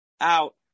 out